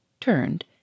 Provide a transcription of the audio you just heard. turned